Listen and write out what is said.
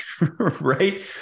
right